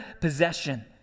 possession